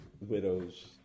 widows